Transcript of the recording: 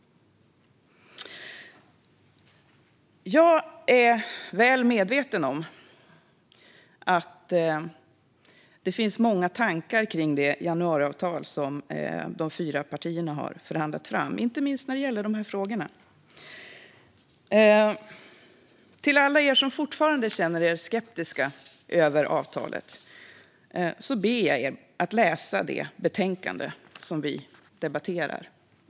Jag är väl medveten om att det finns många tankar om det januariavtal som de fyra partierna har förhandlat fram, inte minst när det gäller de här frågorna. Alla er som fortfarande känner er skeptiska till avtalet vill jag be att läsa det betänkande som vi i dag debatterar.